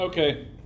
Okay